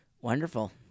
Wonderful